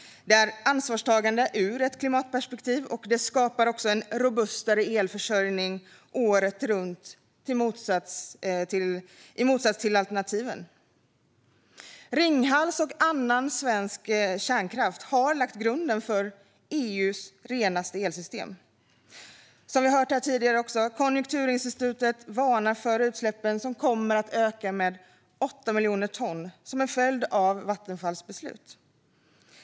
Det är ansvarstagande ur ett klimatperspektiv, och det skapar också en robustare elförsörjning året runt i motsats till alternativen. Ringhals och annan svensk kärnkraft har lagt grunden för EU:s renaste elsystem. Som vi har hört här tidigare varnar Konjunkturinstitutet för att utsläppen kommer att öka med 8 miljoner ton som en följd av Vattenfalls beslut.